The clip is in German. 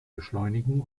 beschleunigen